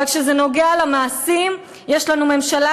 אבל כשזה מגיע למעשים יש לנו ממשלה